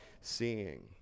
seeing